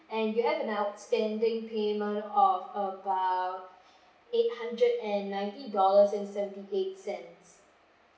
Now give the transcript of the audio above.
and you have an outstanding payment of about eight hundred and ninety dollars and seventy-eight cents